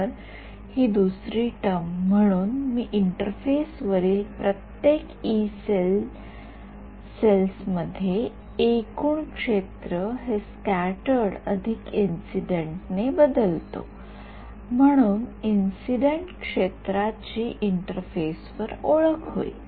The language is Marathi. तर ही दुसरी टर्म म्हणून मी इंटरफेस वरील प्रत्येक यी सेल्समध्ये एकूण क्षेत्र हे स्क्याटर्ड अधिक इंसिडेन्टने बदलतो म्हणून इंसिडेन्ट क्षेत्राची इंटरफेस वर ओळख होईल